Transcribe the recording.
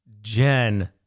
Jen